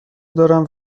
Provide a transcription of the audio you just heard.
دارم